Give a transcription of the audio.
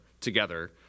together